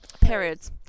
Periods